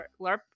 larp